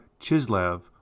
Chislev